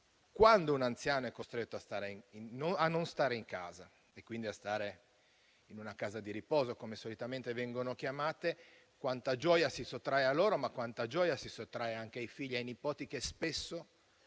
quando un anziano è costretto a non stare in casa e quindi a stare in una casa di riposo, come solitamente vengono chiamate, quanta gioia si sottrae loro, ma anche ai figli e ai nipoti, che spesso